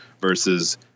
versus